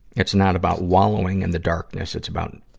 it's not about wallowing in the darkness it's about,